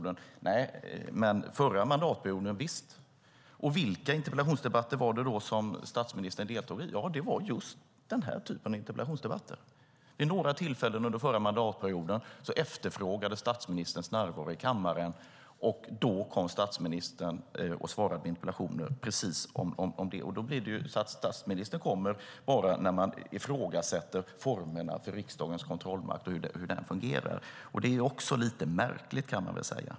Nej, men det skedde under den förra mandatperioden - visst. Vilka interpellationsdebatter var det då som statsministern deltog i? Jo, det var just den här typen av interpellationsdebatter. Vid några tillfällen under förra mandatperioden efterfrågades statsministerns närvaro i kammaren, och då kom statsministern och svarade på interpellationer precis om det. Då blir det så att statsministern bara kommer när man ifrågasätter formerna för riksdagens kontrollmakt och hur det fungerar. Det är också lite märkligt, kan man väl säga.